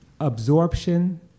absorption